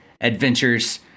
Adventures